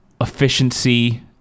efficiency